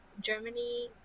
Germany